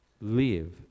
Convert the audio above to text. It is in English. Live